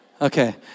Okay